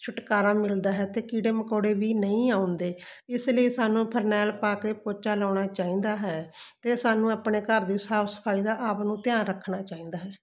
ਛੁਟਕਾਰਾ ਮਿਲਦਾ ਹੈ ਅਤੇ ਕੀੜੇ ਮਕੌੜੇ ਵੀ ਨਹੀਂ ਆਉਂਦੇ ਇਸ ਲਈ ਸਾਨੂੰ ਫਰਨੈਲ ਪਾ ਕੇ ਪੋਚਾ ਲਾਉਣਾ ਚਾਹੀਦਾ ਹੈ ਅਤੇ ਸਾਨੂੰ ਆਪਣੇ ਘਰ ਦੀ ਸਾਫ ਸਫਾਈ ਦਾ ਆਪ ਨੂੰ ਧਿਆਨ ਰੱਖਣਾ ਚਾਹੀਦਾ ਹੈ